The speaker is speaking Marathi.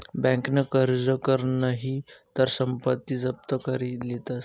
बँकन कर्ज कर नही तर संपत्ती जप्त करी लेतस